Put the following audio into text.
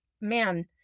man